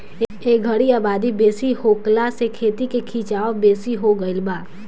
ए घरी आबादी बेसी होखला से खेती के खीचाव बेसी हो गई बा